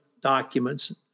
documents